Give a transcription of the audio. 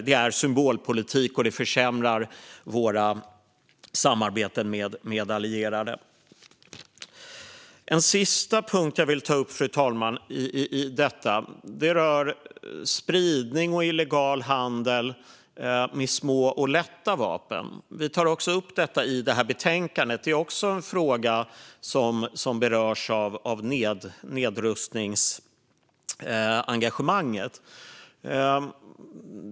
Det är symbolpolitik, och det försämrar våra samarbeten med allierade. En sista punkt jag vill ta upp, fru talman, rör spridning och illegal handel med små och lätta vapen. Vi tar även upp detta i betänkandet. Det är också en fråga som berörs av nedrustningsengagemanget.